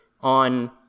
on